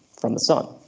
from the sun.